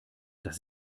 das